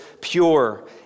pure